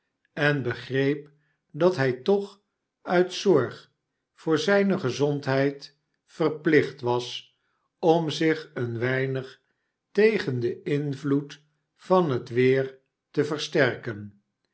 en begreep dat hij toch uit zorg voor zijne gezondheid verplicht was om zich een weinig tegen den invloed van het weer te versterken